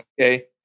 Okay